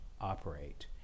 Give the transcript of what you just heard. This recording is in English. operate